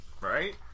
Right